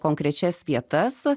konkrečias vietas